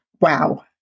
Wow